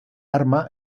arma